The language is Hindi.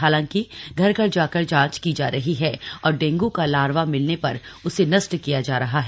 हालांकि घर घर जाकर जांच की जा रही है और डेंगू का लार्वा मिलने पर उसे नष्ट किया जा रहा है